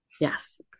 Yes